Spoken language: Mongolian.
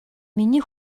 миний